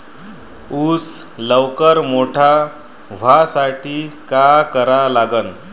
ऊस लवकर मोठा व्हासाठी का करा लागन?